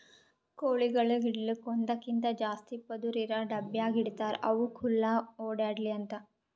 ಕೋಳಿಗೊಳಿಗ್ ಇಡಲುಕ್ ಒಂದಕ್ಕಿಂತ ಜಾಸ್ತಿ ಪದುರ್ ಇರಾ ಡಬ್ಯಾಗ್ ಇಡ್ತಾರ್ ಅವು ಖುಲ್ಲಾ ಓಡ್ಯಾಡ್ಲಿ ಅಂತ